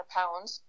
pounds